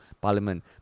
parliament